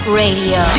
radio